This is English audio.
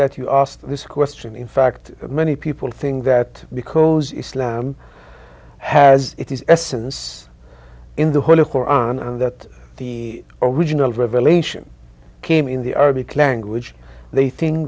that you ask this question in fact many people think that because islam has it is essence in the holy koran and that the original revelation came in the arctic language the thin